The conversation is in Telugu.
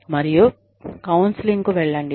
మరియు కౌన్సెలింగ్కు వెళ్లండి